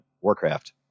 Warcraft